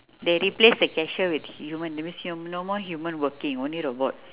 they replace the cashier with human that means no more human working only robot